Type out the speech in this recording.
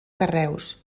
carreus